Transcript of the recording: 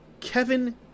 Kevin